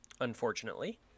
Unfortunately